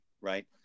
right